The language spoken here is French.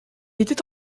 était